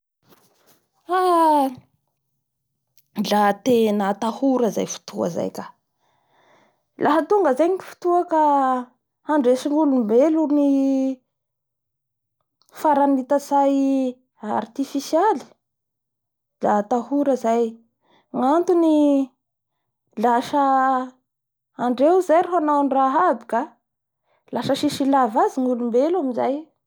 Haaa la tena atahora zay fotoa zay ka aha tonga zay ny fotoa ka handresy ny oombeo ny faranitsay artifisiay a atahora zay gnantony asa andreo zay ny hanao ny raha aby ka asa tsis iaiva azy ny oombeo amizay